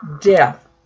death